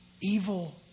Evil